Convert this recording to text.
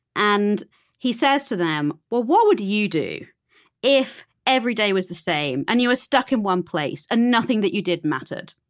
and he says to them, well, what would you do if every day was the same, and you were stuck in one place, and nothing that you did mattered?